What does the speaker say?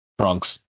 Trunks